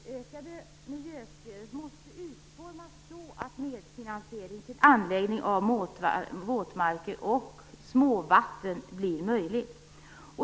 Det utökade miljöstödet måste utformas så att medfinansiering till anläggning av våtmarker och småvatten blir möjlig.